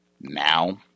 now